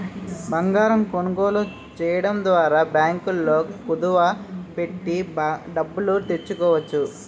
బంగారం కొనుగోలు చేయడం ద్వారా బ్యాంకుల్లో కుదువ పెట్టి డబ్బులు తెచ్చుకోవచ్చు